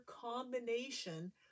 combination